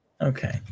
Okay